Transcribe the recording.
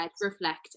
reflect